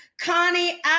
Connie